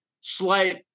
slight